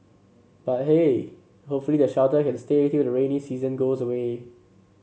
but hey hopefully the shelter can stay till the rainy season goes away